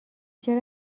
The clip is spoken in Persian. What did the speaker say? چرا